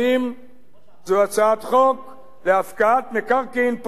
זו הצעת חוק להפקעת מקרקעין פרטיים של ערבים